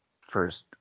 first